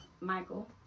Michael